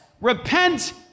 repent